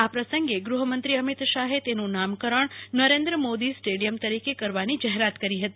આ પ્રસંગે ગૃહમંત્રી અમિત શાહે તેનું નામકરણ નરેન્દ્ર મોદી સ્ટેડીયમ તરીકે કરવાની જાહેરાત કરી હતી